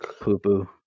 poo-poo